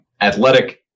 athletic